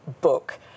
book